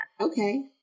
Okay